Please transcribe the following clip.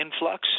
influx